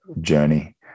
journey